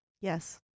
Yes